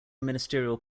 ministerial